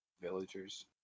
Villagers